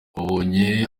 wabonye